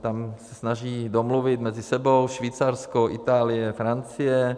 Tam se snaží domluvit mezi sebou Švýcarsko, Itálie, Francie.